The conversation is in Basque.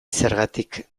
zergatik